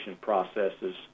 processes